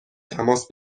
تماس